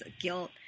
guilt